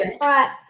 Right